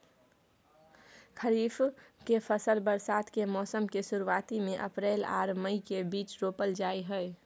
खरीफ के फसल बरसात के मौसम के शुरुआती में अप्रैल आर मई के बीच रोपल जाय हय